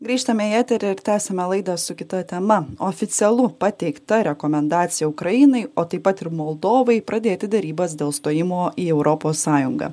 grįžtame į eterį ir tęsiame laidą su kita tema oficialu pateikta rekomendacija ukrainai o taip pat ir moldovai pradėti derybas dėl stojimo į europos sąjungą